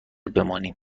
بمانیم